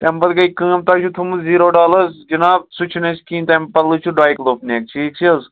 تَمہِ پَتہٕ گٔے کٲم تۅہہِ چھُو تھوٚومُت زیٖرَوڈال حظ جناب سُہ چھِنہٕ اَسہِ کِہیٖنۍ تَمہِ بَدٕلہٕ چھِ ڈایکُلو فلین ٹھیٖک چھِ حظ